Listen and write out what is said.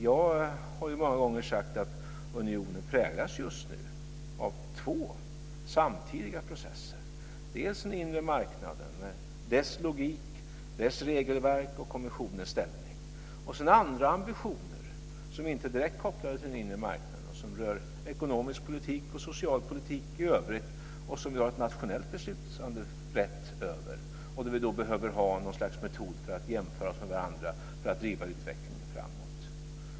Jag har många gånger sagt att unionen just nu präglas av två samtidiga processer. Den ena gäller den inre marknaden med dess logik och regelverk och kommissionens ställning, och den andra gäller ambitioner som inte direkt är kopplade till den inre marknaden utan till ekonomisk politik och social politik i övrigt och som vi har nationell beslutanderätt över. Vi behöver ha något slags metod för att jämföra oss med andra och för att driva utvecklingen framåt.